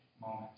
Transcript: moment